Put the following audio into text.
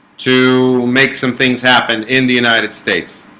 to make some things happen in the united states,